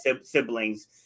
siblings